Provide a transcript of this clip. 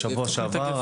שבוע שעבר,